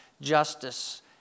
justice